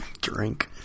drink